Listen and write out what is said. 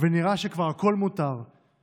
ונראה שכבר הכול מותר,